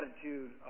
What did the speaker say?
attitude